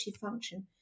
function